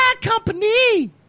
company